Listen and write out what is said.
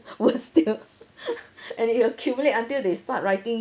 worse still and it will accumulate until they start writing